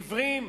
עיוורים?